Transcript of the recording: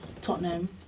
Tottenham